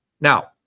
Now